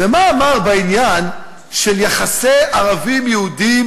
ומה אמר בעניין של יחסי ערבים יהודים